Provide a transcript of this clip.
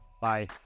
Bye